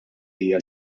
hija